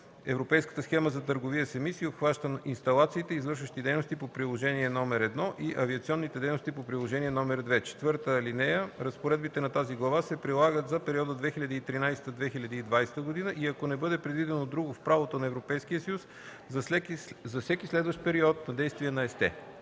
Европейската схема за търговия с емисии обхваща инсталациите, извършващи дейности по Приложение № 1, и авиационните дейности по Приложение № 2. (4) Разпоредбите на тази глава се прилагат за периода 2013-2020 г. и ако не бъде предвидено друго в правото на Европейския съюз, за всеки следващ период на действие на ЕСТЕ.”